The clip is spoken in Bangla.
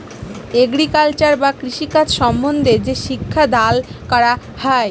এগ্রিকালচার বা কৃষিকাজ সম্বন্ধে যে শিক্ষা দাল ক্যরা হ্যয়